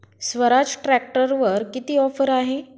स्वराज ट्रॅक्टरवर किती ऑफर आहे?